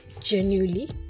genuinely